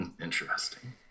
interesting